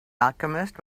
alchemist